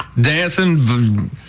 dancing